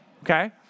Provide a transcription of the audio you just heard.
okay